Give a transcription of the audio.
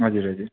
हजुर हजुर